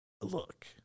look